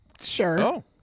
sure